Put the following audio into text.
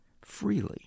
freely